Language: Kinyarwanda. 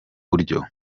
buryo